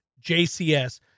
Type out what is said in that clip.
jcs